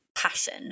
passion